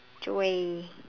joy